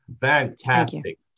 Fantastic